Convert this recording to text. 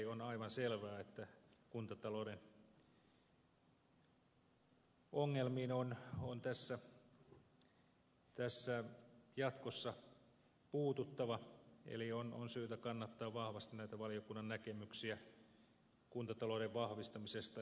on aivan selvää että kuntatalouden ongelmiin on tässä jatkossa puututtava eli on syytä kannattaa vahvasti näitä valiokunnan näkemyksiä kuntatalouden vahvistamisesta